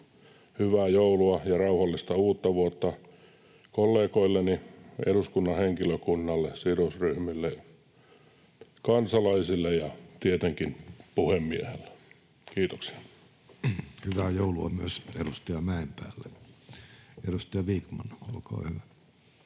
hyvää joulua ja rauhallista uutta vuotta kollegoilleni, eduskunnan henkilökunnalle, sidosryhmille, kansalaisille ja tietenkin puhemiehelle. — Kiitoksia. Hyvää joulua myös edustaja Mäenpäälle. — Edustaja Vikman, olkaa hyvä.